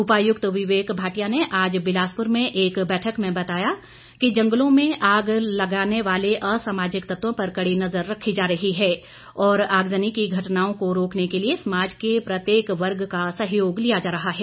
उपायुक्त विवेक भाटिया ने आज बिलासपुर में एक बैठक में बताया कि जंगलों में आग लगाने वाले असामाजिक तत्वों पर कड़ी नज़र रखी जा रही है और आगजनी की घटनाओं को रोकने के लिए समाज के प्रत्येक वर्ग का सहयोग लिया जा रहा है